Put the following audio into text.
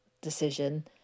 decision